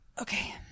Okay